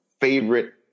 favorite